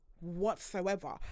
whatsoever